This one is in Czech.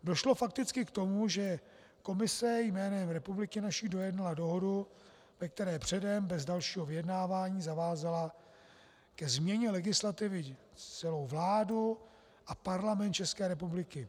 Došlo fakticky k tomu, že Komise jménem naší republiky dojednala dohodu, ve které předem bez dalšího vyjednávání zavázala ke změně legislativy celou vládu a Parlament České republiky.